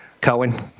Cohen